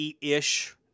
ish